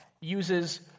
uses